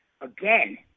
again